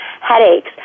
headaches